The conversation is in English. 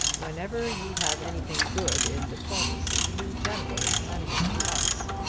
whenever you have anything good in diplomacy you generally send him to us.